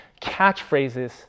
catchphrases